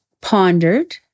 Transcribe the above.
pondered